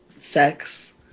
Sex